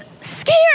scared